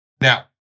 now